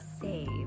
save